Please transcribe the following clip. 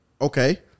Okay